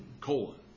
colon